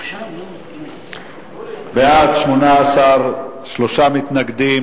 בעד, 18, נגד,